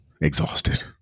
exhausted